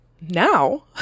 now